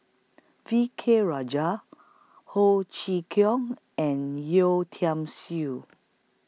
V K Rajah Ho Chee Kong and Yeo Tiam Siew